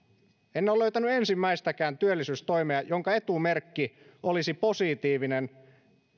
en ole löytänyt ensimmäistäkään työllisyystoimea jonka etumerkki olisi positiivinen